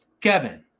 Kevin